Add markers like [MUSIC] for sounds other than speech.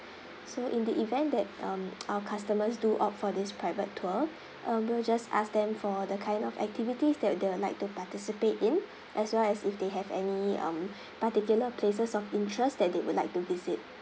so in the event that um [NOISE] our customers do opt for this private tour uh we'll just ask them for the kind of activities that they'd like to participate in as well as if they have any um particular places of interest that they would like to visit